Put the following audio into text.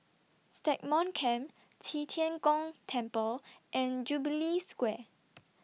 Stagmont Camp Qi Tian Gong Temple and Jubilee Square